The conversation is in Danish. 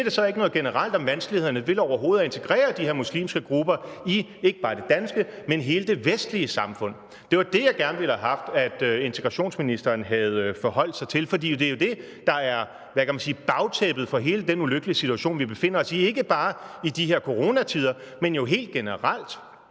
siger det så ikke noget generelt om vanskelighederne ved overhovedet at integrere de her muslimske grupper i ikke bare det danske, men hele det vestlige samfund? Det var det, jeg gerne ville have haft, at integrationsministeren havde forholdt sig til. For det er jo det, der, kan man sige, er bagtæppet for hele den ulykkelige situation, vi befinder os i, ikke bare i de her coronatider, men jo helt generelt,